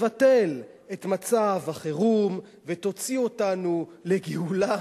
תבטל את מצב החירום ותוציא אותנו לגאולה